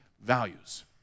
values